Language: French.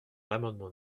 l’amendement